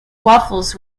waffles